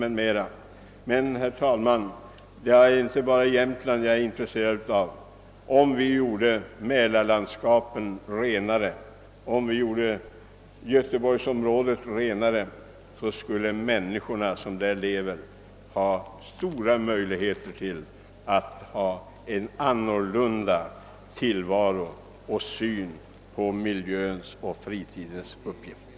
Men, herr talman, jag är inte bara intresserad av Jämtland. Om vi gjorde mälarlandskapen renare, om vi gjorde Göteborgsområdet renare, skulle de människor som där lever ha stora möjligheter att föra en annan tillvaro och få ett riktigare synsätt på miljöns och fritidens uppgifter.